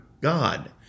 God